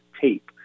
Tape